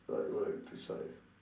like what if we inside